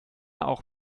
auch